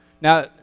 Now